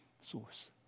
source